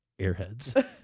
airheads